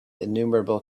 innumerable